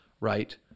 right